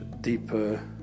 deeper